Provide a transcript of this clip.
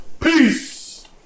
Peace